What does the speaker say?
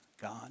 God